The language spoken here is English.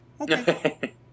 okay